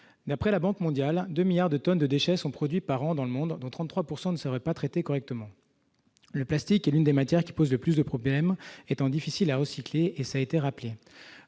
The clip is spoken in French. d'après la Banque mondiale, 2 milliards de tonnes de déchets sont produits par an dans le monde dont 33 pourcent ne seraient pas traités correctement le plastique est l'une des matières qui pose le plus de problème étant difficiles à recycler et ça a été rappelé,